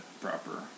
proper